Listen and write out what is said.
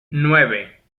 nueve